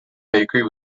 bakery